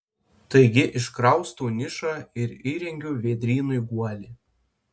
taigi iškraustau nišą ir įrengiu vėdrynui guolį